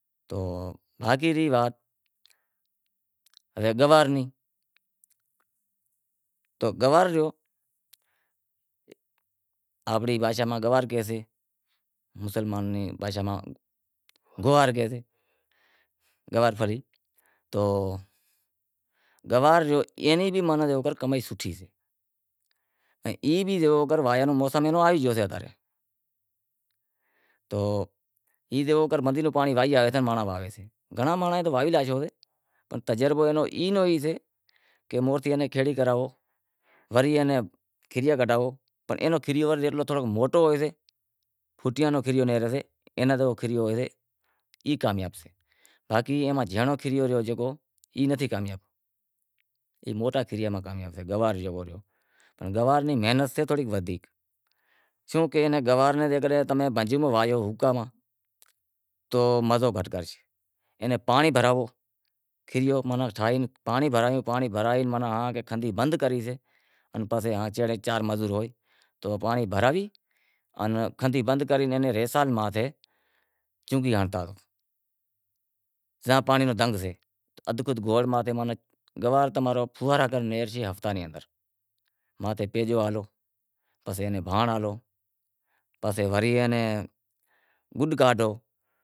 تو باقی ری وات گوار ری آنپڑی بھاشا میں گوار کاشیں مسلماں ری بھاشا میں گوار کاشیں، گووار پھری، تو گوار رو اینی ماناں کمائی سوٹھی اے، ای روں واہویئے رو موسم جووکر آوی گیو سے، تو بیزو جیوو کر بندی رو پانڑی آوے تنے واہوو، وری ایئے ناں کھیریا کڈھاوو پنڑ اینو کھیریو تھوڑو موٹو ہوئیسے پھوٹیاں رو کھیریو اینو جیوو کھیریو ہوئیسے، ای کامیاب سے باقی ای ماں جنڑو کھیریو ریو ای کامیاب نتھی، موٹو کھیریو کامیاب سے، گوار ری محنت سے تھوڑی ودھیک شوں کہ ای گوار نیں تمیں اوکاں ماں واہویو تو مزو گھٹ کرشے اینا ہانڑی بھراوو کھیریو ماناں ٹھائے پانڑی بھرائے ماناں کھندھی بند کری سے پسے چار مزور ہوئیں پسے پانڑی بھرائی کھندھی بند کرائی پسے اینے ازخود گوار تماں رو پھوئارا کرے نیکرشے ہفتاں ماتھے بیجو ہالو پسے ایئے ناں بھانڑ ہالو پسے ایئاں نیں گڈ کاڈھو۔